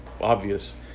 obvious